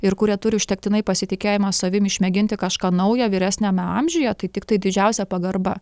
ir kurie turi užtektinai pasitikėjimo savim išmėginti kažką naujo vyresniame amžiuje tai tiktai didžiausia pagarba